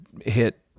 hit